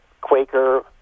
Quaker